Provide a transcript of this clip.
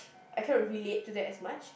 I cannot relate to that as much